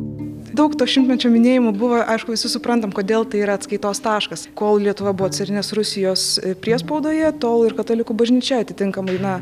daug to šimtmečio minėjimų buvo aišku visi suprantam kodėl tai yra atskaitos taškas kol lietuva buvo carinės rusijos priespaudoje tol ir katalikų bažnyčia atitinkamai na